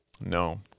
No